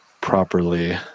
properly